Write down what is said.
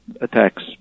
attacks